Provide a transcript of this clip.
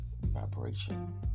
vibration